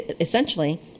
essentially